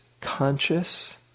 conscious